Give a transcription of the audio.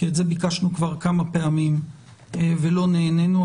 כי את זה ביקשנו כבר כמה פעמים ולא נענינו.